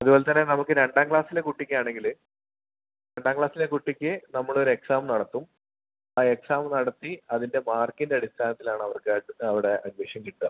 അതുപോലെ തന്നെ നമുക്ക് രണ്ടാം ക്ലാസ്സിലെ കുട്ടിക്കാണെങ്കില് രണ്ടാം ക്ലാസ്സിലെ കുട്ടിക്ക് നമ്മൾ ഒരു എക്സാം നടത്തും അതെ എക്സാം നടത്തി അതിൻ്റെ മാർക്കിൻ്റെ അടിസ്ഥാനത്തിൽ ആണ് അവർക്ക് അവിടെ അഡ്മിഷൻ കിട്ടുക